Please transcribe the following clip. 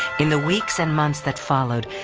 in the weeks and months that followed,